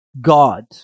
God